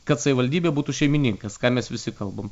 kad savivaldybė būtų šeimininkas ką mes visi kalbam